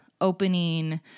opening